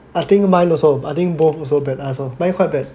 I think mine also I think both also bad I also mine quite bad